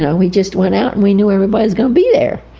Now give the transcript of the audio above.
ah we just went out and we knew everybody was going to be there.